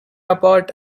apart